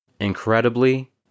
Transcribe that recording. Incredibly